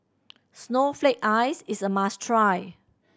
snowflake ice is a must try